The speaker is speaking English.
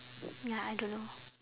ya I don't know